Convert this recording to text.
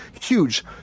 huge